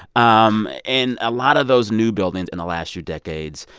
um and a lot of those new buildings in the last few decades,